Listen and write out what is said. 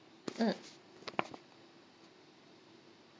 mm